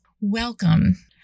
Welcome